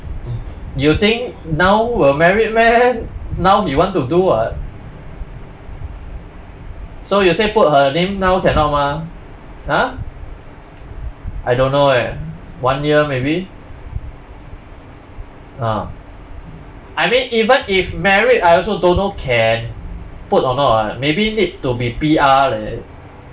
mm you think now will married meh now he want to do [what] so you say put her name now cannot mah !huh! I don't know eh one year maybe ah I mean even if married I also don't know can put or not ah maybe need to be P_R leh